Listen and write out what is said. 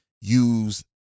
use